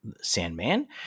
Sandman